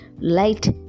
Light